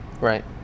Right